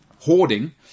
hoarding